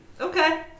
Okay